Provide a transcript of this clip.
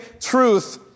truth